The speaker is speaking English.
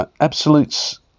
Absolutes